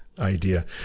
idea